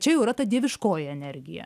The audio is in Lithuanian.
čia jau yra ta dieviškoji energija